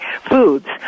foods